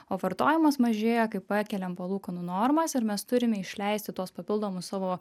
o vartojimas mažėja kai pakeliam palūkanų normas ir mes turime išleisti tuos papildomus savo